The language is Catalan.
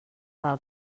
del